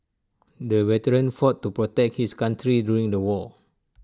the veteran fought to protect his country during the war